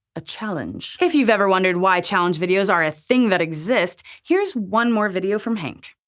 a challenge. if you've ever wondered why challenge videos are a thing that exist, here's one more video from hank.